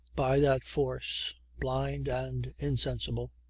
by that force blind and insensible,